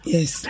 Yes